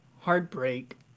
heartbreak